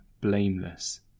blameless